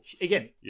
Again